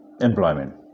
employment